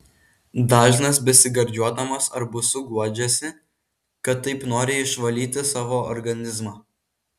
dažnas besigardžiuodamas arbūzu guodžiasi kad taip nori išvalyti savo organizmą